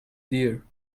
dear